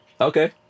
Okay